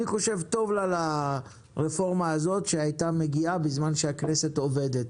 טוב לה לרפורמה הזאת שהייתה מגיעה בזמן שהכנסת עובדת,